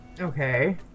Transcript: Okay